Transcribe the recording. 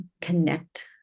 connect